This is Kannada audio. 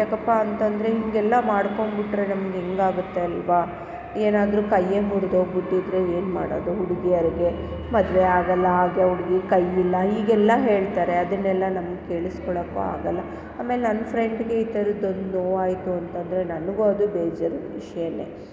ಯಾಕಪ್ಪ ಅಂತ ಅಂದ್ರೆ ಹೀಗೆಲ್ಲ ಮಾಡ್ಕೊಂಡು ಬಿಟ್ಟರೆ ನಮ್ಗೆ ಹೇಗಾಗುತ್ತೆ ಅಲ್ವ ಏನಾದರೂ ಕೈಯ್ಯೇ ಮುರ್ದು ಹೋಗಿಬಿಟ್ಟಿದ್ರೆ ಏನು ಮಾಡೋದು ಹುಡ್ಗಿಯರಿಗೆ ಮದುವೆ ಆಗೋಲ್ಲ ಹಾಗೆ ಹುಡ್ಗಿಗೆ ಕೈ ಇಲ್ಲ ಹೀಗೆಲ್ಲ ಹೇಳ್ತಾರೆ ಅದನ್ನೆಲ್ಲ ನಮ್ಗೆ ಕೇಳಿಸ್ಕೊಳ್ಳೋಕ್ಕು ಆಗೋಲ್ಲ ಆಮೇಲೆ ನನ್ನ ಫ್ರೆಂಡ್ಗೆ ಈ ಥರದ್ದು ಒಂದು ನೋವಾಯಿತು ಅಂತ ಅಂದ್ರೆ ನನಗೂ ಅದು ಬೇಜಾರ್ನ ವಿಷಯಾನೆ